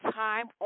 time